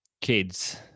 kids